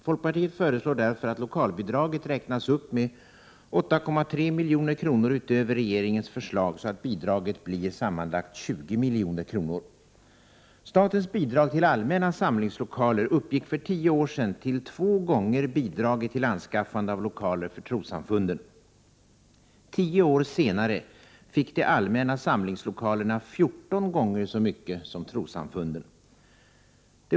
Folkpartiet föreslår därför att lokalbidraget räknas upp med 8,3 milj.kr. utöver regeringens förslag, så att bidraget blir 20 milj.kr. Statens bidrag till allmänna samlingslokaler uppgick för tio år sedan till två gånger bidraget till anskaffande av lokaler för trossamfunden. Tio år senare fick de allmänna samlingslokalerna 14 gånger så mycket som trossamfunden.